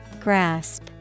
Grasp